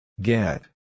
get